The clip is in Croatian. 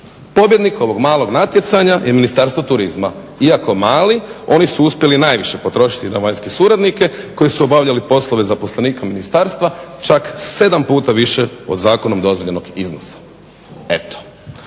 Pobjednik ovog malog natjecanja je Ministarstvo turizma. Iako mali oni su uspjeli najviše potrošiti na vanjske suradnike koji su obavljali poslove zaposlenika ministarstva, čak 7 puta više od zakonom dozvoljenog iznosa. Eto,